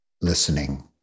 listening